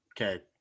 Okay